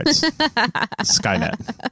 Skynet